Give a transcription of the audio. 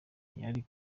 bari